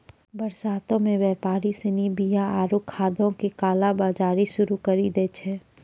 बरसातो मे व्यापारि सिनी बीया आरु खादो के काला बजारी शुरू करि दै छै